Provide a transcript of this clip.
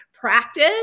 practice